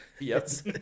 Yes